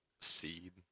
seed